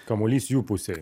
kamuolys jų pusėj